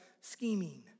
scheming